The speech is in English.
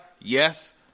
Yes